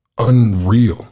unreal